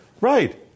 Right